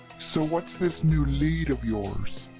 so. what's this new lead of yours?